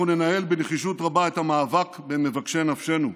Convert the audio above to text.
אנחנו ננהל בנחישות רבה את המאבק במבקשי נפשנו.